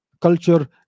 culture